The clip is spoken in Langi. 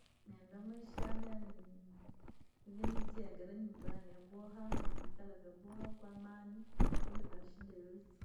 Neendaa maisha yaane yaanii, veniije niijengere nyumba yaane yaboowa, nookikalaa vyaboha kwa amaani, bila daashida yoosi.